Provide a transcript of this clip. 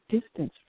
distance